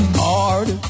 hard